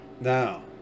now